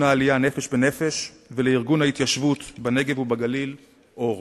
העלייה "נפש בנפש" ולארגון ההתיישבות בנגב ובגליל "אור".